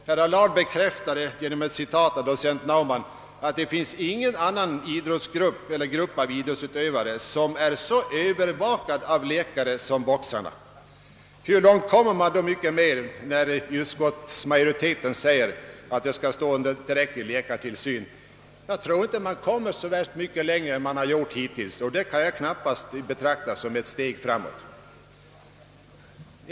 Herr Allard bekräftade genom att citera docenten Naumann att det inte finns någon grupp av idrottsutövare som är så övervakad av läkare som boxarna. Hur mycket längre kommer man då genom att utskottsmajoriteten uttalar att boxarna skall stå under tillräcklig läkartillsyn? Jag tror inte man når mycket längre än hittills, och det kan jag knappast betrakta som ett steg framåt.